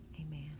amen